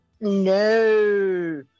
no